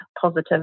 positive